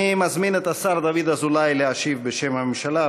אני מזמין את השר דוד אזולאי להשיב בשם הממשלה,